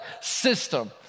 system